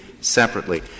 separately